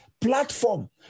platform